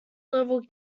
level